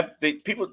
People